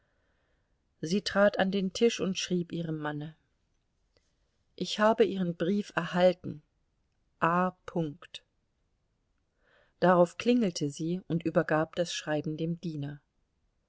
sie trat an den tisch und schrieb ihrem manne ich habe ihren brief erhalten a darauf klingelte sie und übergab das schreiben dem diener